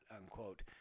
unquote